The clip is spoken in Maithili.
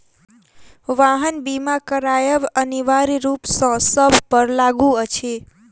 वाहन बीमा करायब अनिवार्य रूप सॅ सभ पर लागू अछि